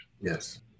Yes